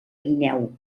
guineu